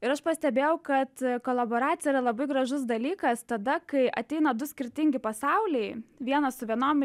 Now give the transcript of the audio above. ir aš pastebėjau kad kolaboracija yra labai gražus dalykas tada kai ateina du skirtingi pasauliai vienas su vienom